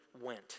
went